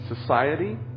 society